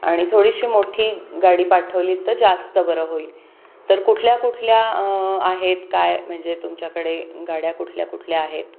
आणि थोडीशी मोठी गाडी पाठवली तर जास्त बरं होईल तर कुठल्या कुठल्या आहेत काय म्हणजे तुमच्याकडे गाड्या कुठल्या कुठल्या आहेत